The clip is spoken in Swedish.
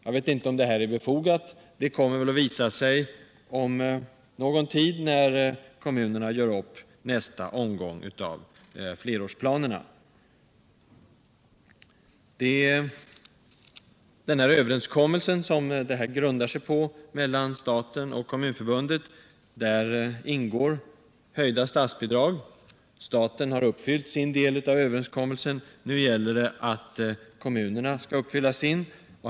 Jag vet inte om det är befogat; det kommer väl att visa sig om någon tid, när kommunerna gör upp nästa omgång av flerårsplanerna. I den överenskommelse mellan staten och Kommunförbundet som planen grundar sig på ingår höjda statsbidrag. Staten har uppfyllt sin del av överenskommelsen — nu gäller det för kommunerna att uppfylla sin.